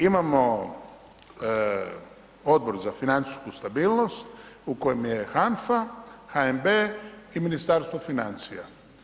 Imamo Odbor za financijsku stabilnost u kojem je HANFA, HNB i Ministarstvo financija.